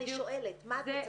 אני שואלת מה את מצפה?